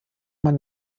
man